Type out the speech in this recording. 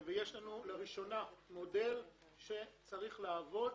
יש לנו מודל שצריך לעבוד.